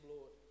Lord